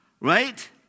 right